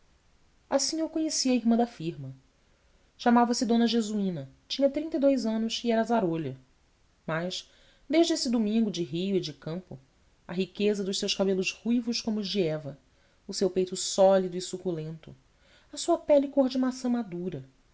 assim eu conheci a irmã da firma chamava-se d jesuína tinha trinta e dous anos e era zarolha mas desde esse domingo de rio e de campo a riqueza dos seus cabelos ruivos como os de eva o seu peito sólido e suculento a sua pele cor de maçã madura